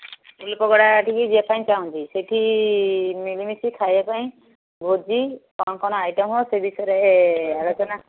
ଫୁଲ ପକୋଡ଼ା ଟିକିଏ ଯିବା ପାଇଁ ଚାହୁଁଛି ସେଇଠି ମିଳିମିଶି ଖାଇବା ପାଇଁ ଭୋଜି କ'ଣ କ'ଣ ଆଇଟମ୍ ସେ ବିଷୟରେ ଆଲୋଚନା